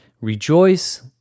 Rejoice